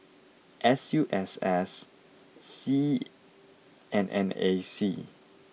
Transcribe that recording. S U S S Seab and N A C